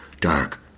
dark